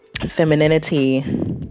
Femininity